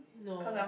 no